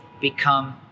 become